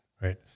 Right